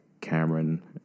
Cameron